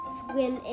swim